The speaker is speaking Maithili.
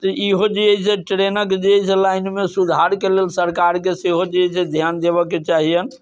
तऽ इहो जे है से ट्रैनके जे है से लाइनमे सुधार के लेल सरकार के सेहो जे है से ध्यान देबऽ के चाहियनि